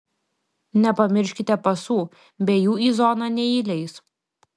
nepamirškite pasų be jų į zoną neįleis